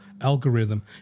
algorithm